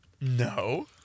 No